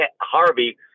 Harvey